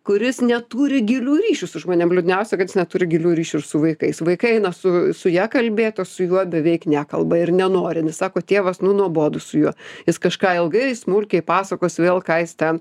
kuris neturi gilių ryšių su žmonėm liūdniausia kad jis neturi gilių ryšių ir su vaikais vaikai eina su su ja kalbėt o su juo beveik nekalba ir nenori nes sako tėvas nu nuobodu su juo jis kažką ilgai smulkiai pasakos vėl ką jis ten